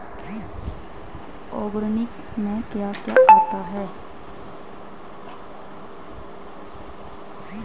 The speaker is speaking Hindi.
ऑर्गेनिक में क्या क्या आता है?